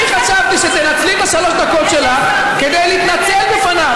אני חשבתי שתנצלי את שלוש הדקות שלך כדי להתנצל בפניו,